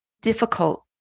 difficult